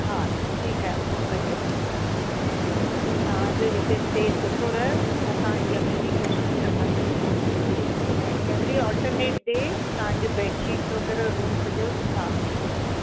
हा ठीकु आहे उहो कजो ऐं तव्हांजो हिते स्टे सुठो रहे असां हीअ पूरी कोशिश कंदासीं ऐं एवरी ऑल्टरनेट डे तव्हांजी बेड शीट वगै़रह रूम सॼो साफ़ थी वेंदो